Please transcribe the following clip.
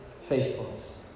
faithfulness